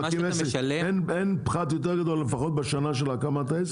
אין פחת יותר גדול, לפחות בשנה של הקמת העסק?